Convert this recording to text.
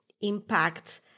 impact